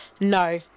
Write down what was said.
No